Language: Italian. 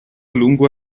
lungo